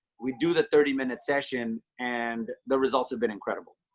we do the thirty minute session and the results have been incredible,